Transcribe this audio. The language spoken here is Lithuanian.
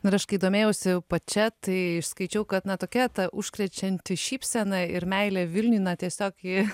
nu ir aš kai domėjausi pačia tai išskaičiau kad na tokia ta užkrečianti šypsena ir meilė vilniui na tiesiog ji